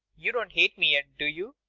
you don't hate me yet, do you?